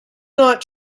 not